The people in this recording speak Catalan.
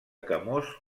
camós